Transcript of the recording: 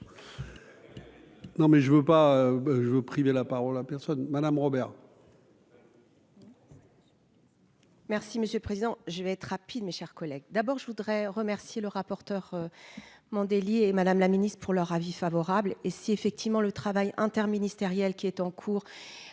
Non, mais je ne veux pas je veux privé la parole à personne Madame Robert. Merci monsieur le président je vais être rapide, mes chers collègues, d'abord je voudrais remercier le rapporteur Mandelli et Madame la Ministre, pour leur avis favorable et si effectivement le travail interministériel qui est en cours